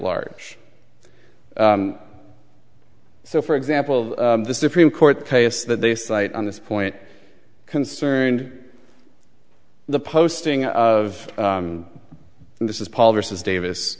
large so for example of the supreme court case that they cite on this point concerned the posting of this is paul versus davis